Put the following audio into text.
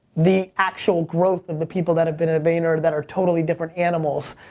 the actual growth of the people that have been at vayner that are totally different animals.